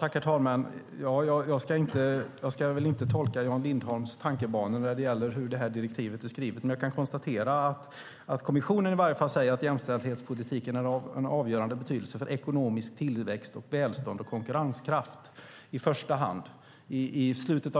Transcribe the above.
Herr talman! Jag ska väl inte tolka Jan Lindholms tankebanor när det gäller hur direktivet är skrivet. Men jag kan i varje fall konstatera att man från EU:s sida säger att "jämställdhetspolitiken är av avgörande betydelse för ekonomisk tillväxt, välstånd och konkurrenskraft" i första hand. Senare